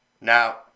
Now